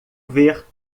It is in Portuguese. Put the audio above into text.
ver